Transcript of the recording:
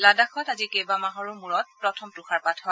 লাডাখত আজি কেইবামাহৰো মূৰত প্ৰথম তুষাৰপাত হয়